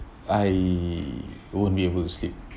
I won't be able to sleep